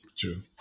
True